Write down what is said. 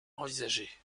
envisagée